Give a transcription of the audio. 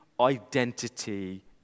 identity